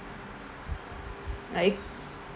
like